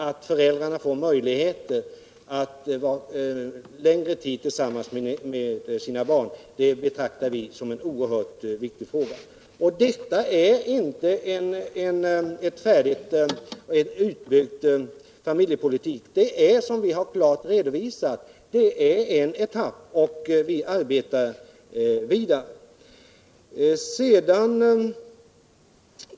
Att föräldrarna får möjlighet att vara längre tid tillsammans med sina barn betraktar vi som en oerhört viktig fråga. Vårt förslag representerar dock inte en färdigutbyggd familjepolitik. Det är, som vi klart har redovisat, ett etappförslag, och vi arbetar vidare med dessa frågor.